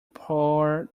pour